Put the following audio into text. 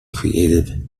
creative